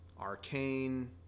Arcane